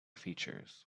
features